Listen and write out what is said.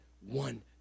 one